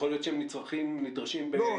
יכול להיות שהם נדרשים --- לא.